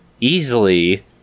easily